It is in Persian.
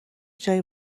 جای